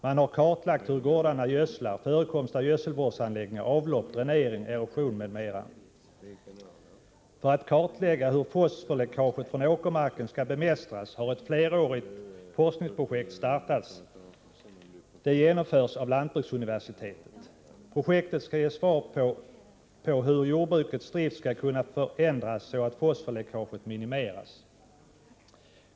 Man har kartlagt gårdarnas gödsling, förekomst av gödselvårdsanläggningar, avlopp, dränering, erosion m.m. För att kartlägga hur fosforläckaget från åkermarken skall bemästras har ett flerårigt forskningsprojekt startats. Det genomförs av lantbruksuniversitetet. Projektet skall ge svar på hur jordbrukets drift skall kunna förändras så att fosforläckaget minimeras.